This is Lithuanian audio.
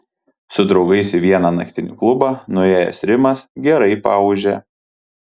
su draugais į vieną naktinį klubą nuėjęs rimas gerai paūžė